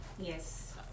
yes